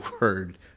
word